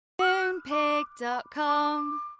Moonpig.com